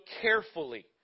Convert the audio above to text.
carefully